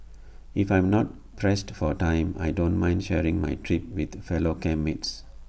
if I'm not pressed for time I don't mind sharing my trip with fellow camp mates